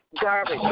Garbage